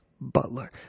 Butler